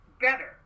better